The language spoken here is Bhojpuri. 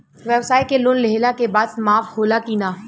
ब्यवसाय के लोन लेहला के बाद माफ़ होला की ना?